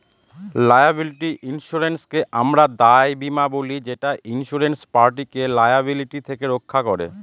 liability ইন্সুরেন্সকে আমরা দায় বীমা বলি যেটা ইন্সুরেড পার্টিকে লায়াবিলিটি থেকে রক্ষা করে